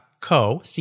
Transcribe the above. .co